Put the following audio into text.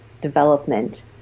development